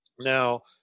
Now